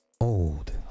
old